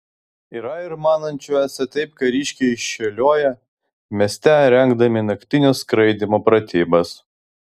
yra ir manančių esą taip kariškiai šėlioja mieste rengdami naktinio skraidymo pratybas